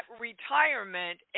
retirement